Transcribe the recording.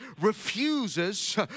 refuses